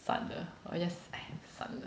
算了我 just !aiya! 算了